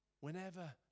whenever